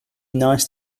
nice